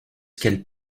qu’elle